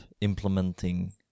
implementing